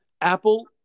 apple